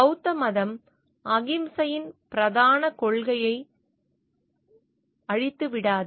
பௌத்த மதம் அகிம்சையின் பிரதான கொள்கை வாழ்க்கையை அழித்து விடாது